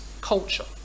culture